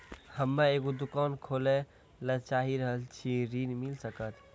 हम्मे एगो दुकान खोले ला चाही रहल छी ऋण मिल सकत?